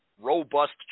robust